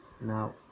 now